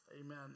Amen